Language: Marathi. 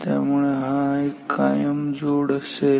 त्यामुळे हा एक कायम जोड असेल